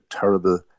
terrible